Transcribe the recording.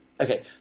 okay